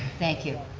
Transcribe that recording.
thank you.